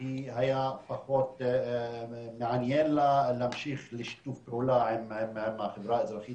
היה פחות מעניין לה להמשיך את שיתוף הפעולה עם החברה האזרחית